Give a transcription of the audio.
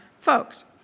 folks